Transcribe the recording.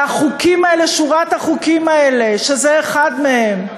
והחוקים האלה, שורת החוקים האלה, שזה אחד מהם,